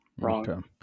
wrong